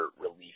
relief